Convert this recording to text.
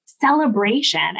celebration